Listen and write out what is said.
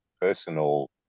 personal